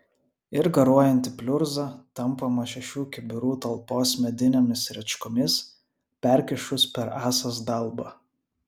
ir garuojanti pliurza tampoma šešių kibirų talpos medinėmis rėčkomis perkišus per ąsas dalbą